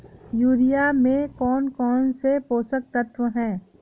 Urea में कौन कौन से पोषक तत्व है?